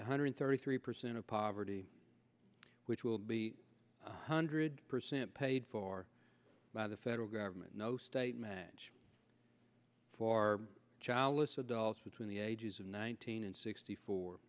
one hundred thirty three percent of poverty which will be hundred percent paid for by the federal government no state match for childless adults between the ages of nineteen and sixty four